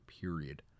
period